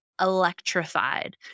electrified